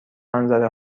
منظره